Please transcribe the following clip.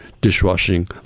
dishwashing